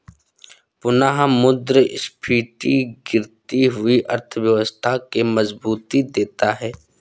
पुनःमुद्रस्फीति गिरती हुई अर्थव्यवस्था के मजबूती देता है